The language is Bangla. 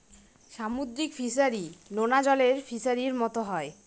সামুদ্রিক ফিসারী, নোনা জলের ফিসারির মতো হয়